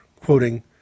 quoting